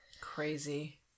Crazy